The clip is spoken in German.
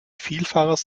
vielfaches